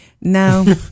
No